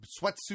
sweatsuit